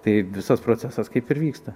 tai visas procesas kaip ir vyksta